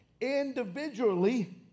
individually